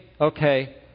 okay